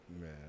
Man